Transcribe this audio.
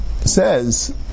says